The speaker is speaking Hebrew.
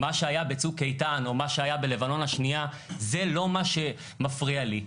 מה שהיה בצוק איתן או מה שהיה בלבנון השנייה זה לא מה שמפריע לי.